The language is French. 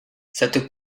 cette